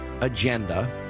Agenda